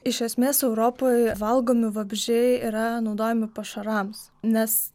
iš esmės europoj valgomi vabzdžiai yra naudojami pašarams nes